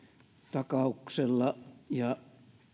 takauksella ja